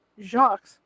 Jacques